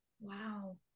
Wow